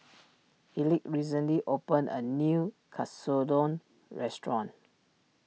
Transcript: Elick recently opened a new Katsudon restaurant